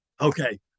okay